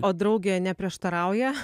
o draugė neprieštarauja